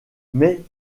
mais